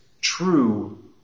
true